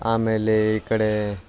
ಆಮೇಲೆ ಈ ಕಡೆ